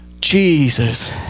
Jesus